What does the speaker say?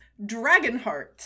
Dragonheart